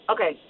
Okay